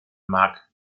mark